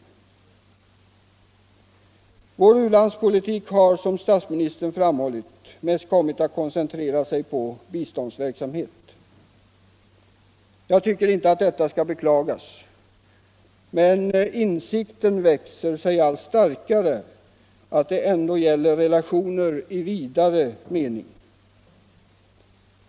Vår u-landspolitik har, som statsministern framhållit, mest kommit att koncentrera sig på biståndsverksamhet. Jag tycker inte att detta skall beklagas, men insikten om att det ändå gäller relationer i vidare mening växer sig allt starkare.